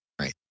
right